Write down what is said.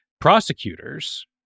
prosecutors